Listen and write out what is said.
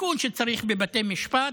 התיקון שצריך בבתי המשפט: